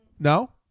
No